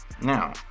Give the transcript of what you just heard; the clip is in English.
Now